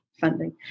funding